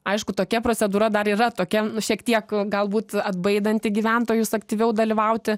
aišku tokia procedūra dar yra tokia nu šiek tiek galbūt atbaidanti gyventojus aktyviau dalyvauti